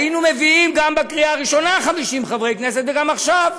היינו מביאים גם בקריאה הראשונה 50 חברי כנסת וגם עכשיו.